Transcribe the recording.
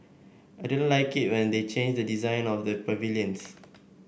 I didn't like it when they changed the design of the pavilions